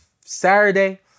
Saturday